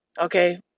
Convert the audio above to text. Okay